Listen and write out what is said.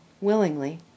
willingly